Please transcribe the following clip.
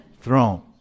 throne